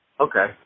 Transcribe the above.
Okay